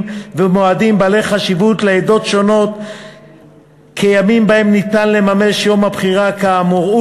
ומועדים בעלי חשיבות לעדות שונות כימים שבהם ניתן לממש יום בחירה כאמור,